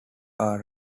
are